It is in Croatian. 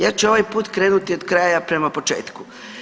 Ja ću ovaj put krenuti od kraja prema početku.